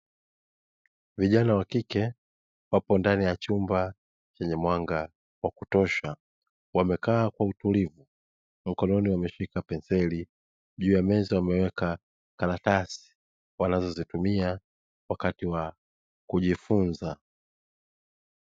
Vijana wa kike, wapo ndani ya chumba chenye mwanga wa kutosha, wamekaa kwa utulivu, mkononi wameshika penseli, juu ya meza wameweka karatasi wanazozitumia wakati wa kujifunza.